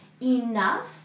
enough